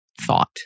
thought